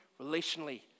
Relationally